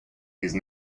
these